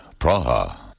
Praha